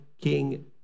King